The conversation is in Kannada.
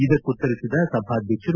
ಇದಕ್ಕುತ್ತರಿಸಿದ ಸಭಾಧ್ಯಕ್ಷರು